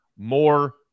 more